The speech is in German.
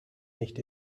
nicht